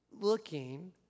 looking